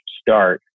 start